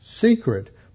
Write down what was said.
secret